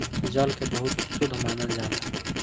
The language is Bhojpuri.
जल के बहुत शुद्ध मानल जाला